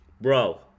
bro